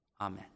Amen